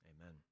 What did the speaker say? Amen